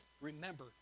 remember